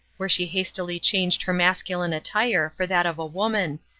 where she hastily changed her masculine attire for that of a woman,